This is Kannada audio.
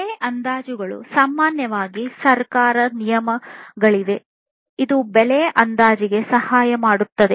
ಬೆಲೆ ಅಂದಾಜುಗಳು ಸಾಮಾನ್ಯವಾಗಿ ಸರ್ಕಾರದ ನಿಯಮಗಳಿವೆ ಇದು ಈ ಬೆಲೆ ಅಂದಾಜುಗೆ ಸಹಾಯ ಮಾಡುತ್ತದೆ